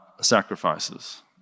sacrifices